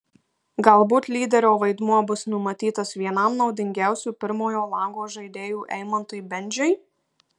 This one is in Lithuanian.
galbūt lyderio vaidmuo bus numatytas vienam naudingiausių pirmojo lango žaidėjų eimantui bendžiui